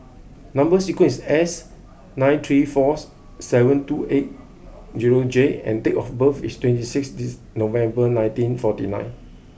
number sequence is S nine three fours seven two eight zero J and date of birth is twenty sixth dizzy November nineteen forty nine